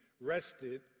rested